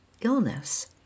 illness